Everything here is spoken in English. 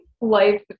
life